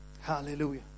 hallelujah